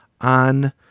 on